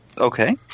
Okay